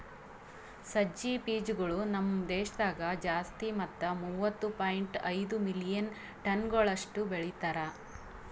ಸಜ್ಜಿ ಬೀಜಗೊಳ್ ನಮ್ ದೇಶದಾಗ್ ಜಾಸ್ತಿ ಮತ್ತ ಮೂವತ್ತು ಪಾಯಿಂಟ್ ಐದು ಮಿಲಿಯನ್ ಟನಗೊಳಷ್ಟು ಬೆಳಿತಾರ್